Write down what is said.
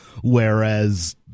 whereas